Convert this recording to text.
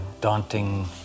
daunting